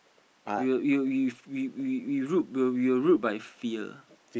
we we we we were ruled by fear